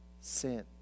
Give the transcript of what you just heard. sin